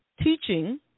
teaching